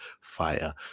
fire